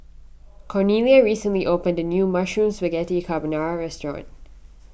Cornelia recently opened a new Mushroom Spaghetti Carbonara restaurant